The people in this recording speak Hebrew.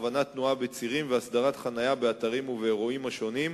הכוונת תנועה בצירים והסדרת חנייה באתרים ובאירועים השונים,